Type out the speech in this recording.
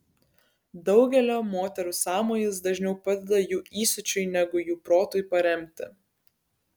daugelio moterų sąmojis dažniau padeda jų įsiūčiui negu jų protui paremti